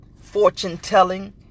fortune-telling